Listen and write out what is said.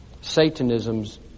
Satanism's